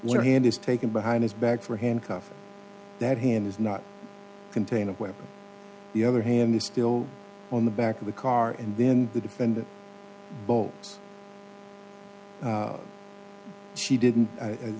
one hand is taken behind his back for handcuffs that hand is not contained of where the other hand is still on the back of the car and then the defendant bolts she didn't